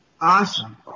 Awesome